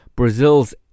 Brazil's